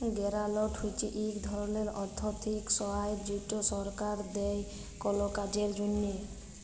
গেরালট হছে ইক ধরলের আথ্থিক সহায়তা যেট সরকার দেই কল কাজের জ্যনহে